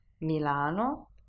Milano